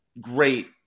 great